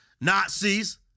nazis